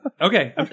Okay